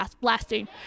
blasting